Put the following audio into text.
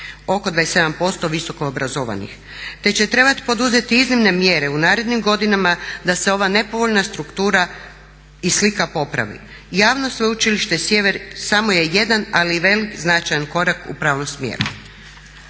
oko 27% visoko obrazovanih, te će trebati poduzeti iznimne mjere u narednim godinama da se ova nepovoljna struktura i slika popravi javno Sveučilište Sjever samo je jedan ali velik, značajan korak u pravom smjeru.